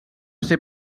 ser